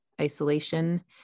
isolation